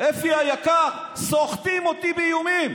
אפי היקר, סוחטים אותי באיומים.